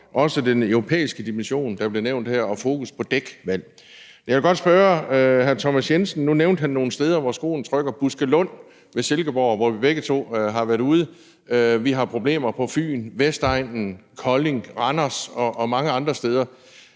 også den europæiske dimension, der bliver nævnt her, og fokus på dækvalg. Jeg vil godt spørge hr. Thomas Jensen om noget, for nu nævnte han nogle steder, hvor skoen trykker, bl.a. Buskelund ved Silkeborg, hvor vi begge to har været ude. Vi har problemer på Fyn, på Vestegnen, ved Kolding, ved Randers og mange andre steder.